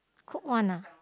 cooked one ah